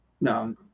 No